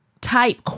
type